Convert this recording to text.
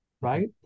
right